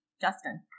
Justin